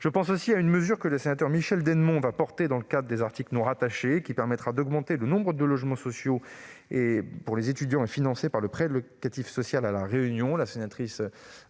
Je pense aussi à une mesure que le sénateur Michel Dennemont portera dans le cadre des articles non rattachés. Elle permettra d'augmenter le nombre de logements sociaux et étudiants financés par le prêt locatif social à La Réunion.